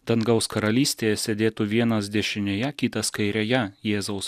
dangaus karalystėje sėdėtų vienas dešinėje kitas kairėje jėzaus